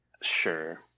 Sure